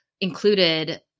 included